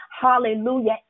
hallelujah